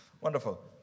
Wonderful